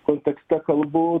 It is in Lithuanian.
kontekste kalbu